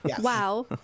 Wow